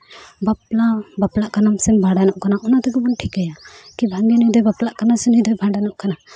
ᱵᱟᱯᱞᱟ ᱵᱟᱯᱞᱟᱜ ᱠᱟᱱᱟᱢ ᱥᱮ ᱵᱷᱟᱸᱰᱟᱱᱚᱜ ᱠᱟᱱᱟᱢ ᱚᱱᱟ ᱛᱮᱦᱚᱸ ᱵᱚᱱ ᱴᱷᱤᱠᱟᱹᱭᱟ ᱵᱷᱟᱹᱜᱤ ᱱᱩᱭ ᱫᱚᱭ ᱵᱟᱯᱞᱟᱜ ᱠᱟᱱᱟᱭ ᱥᱮᱭ ᱱᱩᱭ ᱫᱚᱭ ᱵᱷᱟᱸᱰᱟᱱᱚᱜ ᱠᱟᱱᱟ